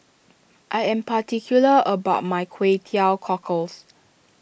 I am particular about my Kway Teow Cockles